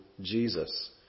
Jesus